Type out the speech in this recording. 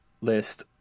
list